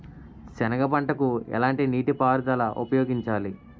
సెనగ పంటకు ఎలాంటి నీటిపారుదల ఉపయోగించాలి?